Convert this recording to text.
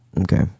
Okay